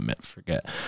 forget